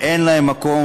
שאין להם מקום,